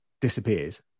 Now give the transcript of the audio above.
disappears